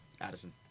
Addison